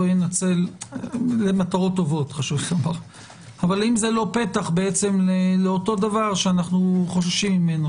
זה לא פתח לאותו דבר שאנחנו חוששים ממנו,